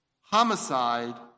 homicide